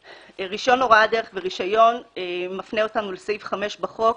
"רישיון הוראת דרך" ו"רישיון" מפנה אותנו לסעיף 5 בחוק,